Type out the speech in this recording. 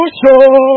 show